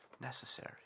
necessary